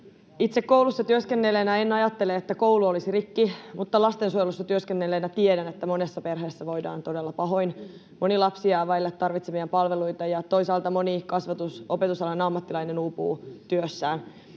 Itse koulussa työskennelleenä en ajattele, että koulu olisi rikki, mutta lastensuojelussa työskennelleenä tiedän, että monessa perheessä voidaan todella pahoin. Moni lapsi jää vaille tarvitsemiaan palveluita, ja toisaalta moni kasvatus-, opetusalan ammattilainen uupuu työssään.